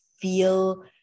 feel